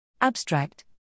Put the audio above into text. Abstract